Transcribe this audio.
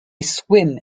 swim